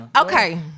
okay